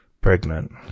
pregnant